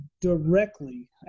directly